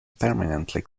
permanently